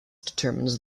determines